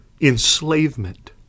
enslavement